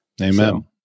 Amen